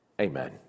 Amen